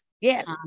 Yes